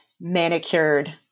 manicured